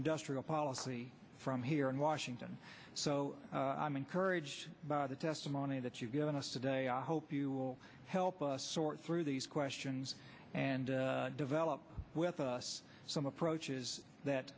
industrial policy from here in washington so i'm encouraged by the testimony that you've given us today i hope you will help us sort through these questions and develop with us some approaches